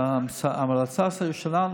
וההמלצה שלנו,